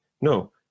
No